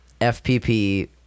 FPP